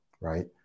right